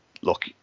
look